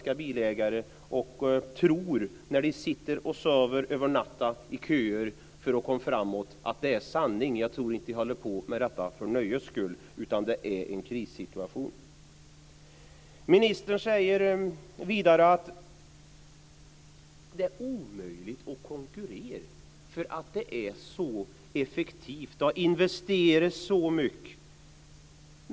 Sanningen är att de sitter och sover på nätterna i köer för att komma fram till Svensk Bilprovning, och jag tror inte att de håller på så för nöjes skull, utan det är en krissituation. Ministern säger vidare att det är omöjligt att konkurrera därför att verksamheten är så effektiv och att det har gjorts stora investeringar.